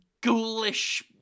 ghoulish